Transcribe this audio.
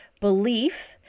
belief